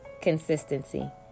consistency